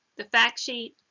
the factsheet,